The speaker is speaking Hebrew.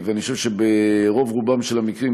ואני חושב שברוב-רובם של המקרים,